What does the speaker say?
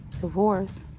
divorce